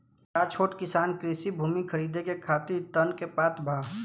का छोट किसान कृषि भूमि खरीदे के खातिर ऋण के पात्र बा?